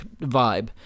vibe